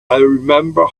remember